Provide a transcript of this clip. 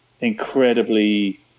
incredibly